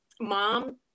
mom